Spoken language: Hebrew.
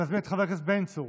אני מזמין את חבר הכנסת בן צור,